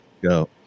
Go